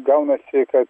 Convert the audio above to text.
gaunasi kad